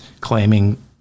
claiming